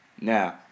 now